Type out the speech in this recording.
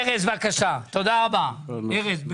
ארז, בבקשה, בקצרה.